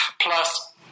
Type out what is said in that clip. Plus